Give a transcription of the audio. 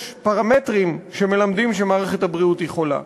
יש פרמטרים שמלמדים שמערכת הבריאות חולה.